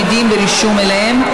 ייצוג הולם לנשים במקום העבודה),